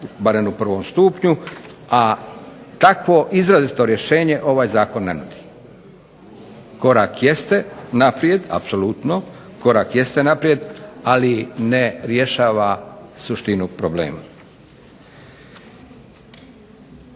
barem u prvom stupnju, a takvo izrazito rješenje ovaj zakon ne nudi. Korak jeste naprijed apsolutno, korak jeste naprijed, ali ne rješava suštinu problema.